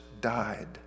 died